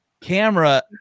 camera